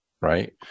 right